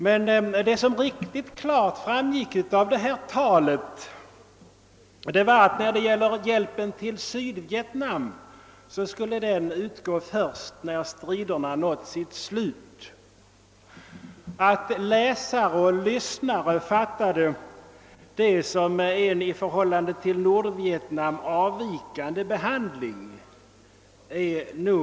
Vad som däremot framgick mycket tydligt av talet var att hjälpen till Sydvietnam skulle utgå »först när striderna upphört.« Det är väl ganska naturligt att de som läste eller lyssnade på talet fattade detta så att Sydvietnam skulle få en i förhållande till Nordvietnam avvikande behandling.